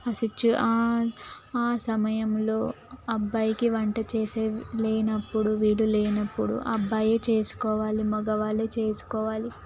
ఆ సిచు ఆ ఆ సమయంలో అబ్బాయికి వంట చేసే లేనప్పుడు వీలు లేనప్పుడు అబ్బాయే చేసుకోవాలి మగవాళ్ళే చేసుకోవాలి